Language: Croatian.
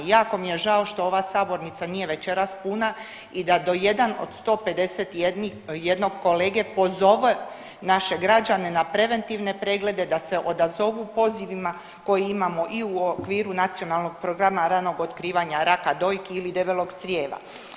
Jako mi je žao što ova sabornica nije večeras puna i da do jedan od 151 kolege pozove naše građane na preventivne preglede, da se odazovu pozivima koje imamo i u okviru Nacionalnog programa ranog otkrivanja raka dojki ili debelog crijeva.